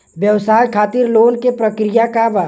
व्यवसाय खातीर लोन के प्रक्रिया का बा?